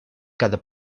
cada